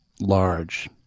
large